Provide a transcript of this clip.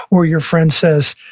or your friend says,